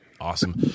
Awesome